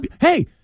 Hey